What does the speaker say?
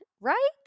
Right